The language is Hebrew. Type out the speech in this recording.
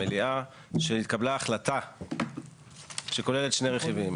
שהתקבלה החלטה שכוללת שני רכיבים.